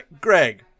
Greg